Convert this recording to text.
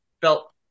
felt